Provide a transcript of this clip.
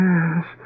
Yes